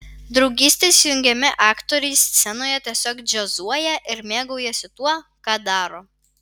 draugystės jungiami aktoriai scenoje tiesiog džiazuoja ir mėgaujasi tuo ką daro